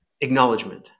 acknowledgement